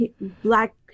black